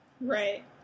Right